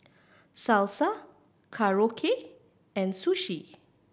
Salsa Korokke and Sushi